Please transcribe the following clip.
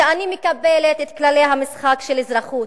שאני מקבלת את כללי המשחק של אזרחות,